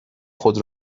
خود